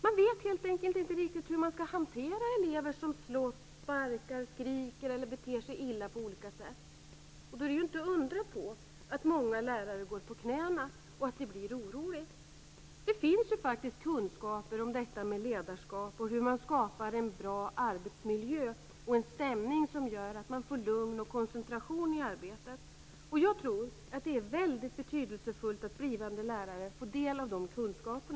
Man vet helt enkelt inte riktigt hur man skall hantera elever som slåss, sparkar, skriker eller beter sig illa på olika sätt. Då är det inte undra på att många lärare går på knäna och att det blir oroligt. Det finns ju faktiskt kunskap om ledarskap och om hur man skapar en bra arbetsmiljö och en stämning som gör att man får lugn och koncentration i arbetet. Jag tror att det är väldigt betydelsefullt att blivande lärare får del av dessa kunskaper.